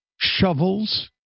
shovels